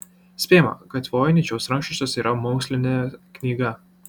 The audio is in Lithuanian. spėjama kad voiničiaus rankraštis yra mokslinė knyga